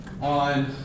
on